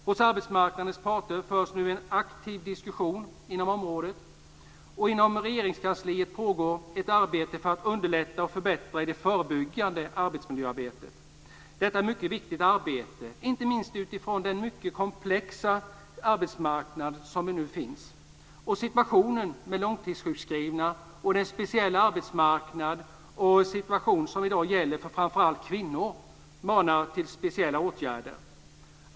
Hos arbetsmarknadens parter förs nu en aktiv diskussion inom området. Inom Regeringskansliet pågår ett arbete för att underlätta och förbättra i det förebyggande arbetsmiljöarbetet. Detta är ett mycket viktigt arbete, inte minst utifrån den mycket komplexa arbetsmarknad som nu finns. Situationen med de långtidssjukskrivna och den speciella arbetsmarknad och den situation som i dag gäller för framför allt kvinnor manar till speciella åtgärder.